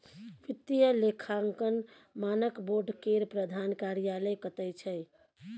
वित्तीय लेखांकन मानक बोर्ड केर प्रधान कार्यालय कतय छै